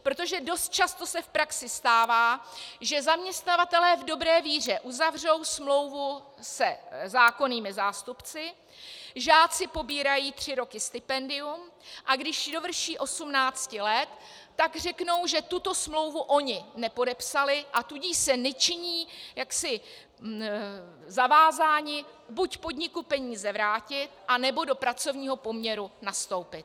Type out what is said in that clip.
Protože dost často se v praxi stává, že zaměstnavatelé v dobré víře uzavřou smlouvu se zákonnými zástupci, žáci pobírají tři roky stipendium, a když dovrší 18 let, tak řeknou, že tuto smlouvu oni nepodepsali, a tudíž se nečiní zavázáni buď podniku peníze vrátit, nebo do pracovního poměru nastoupit.